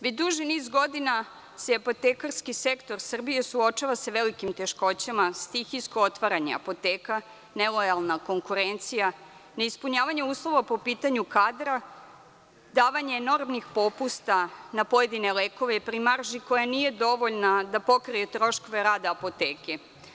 Već duži niz godina se apotekarski sektor Srbije suočava sa velikim teškoćama, stihijsko otvaranje apoteka, nelojalna konkurencija, neispunjavanje uslova po pitanju kadra, davanje enormnih popusta na pojedine lekove pri marži koja nije dovoljna da pokrije troškove rada apoteke.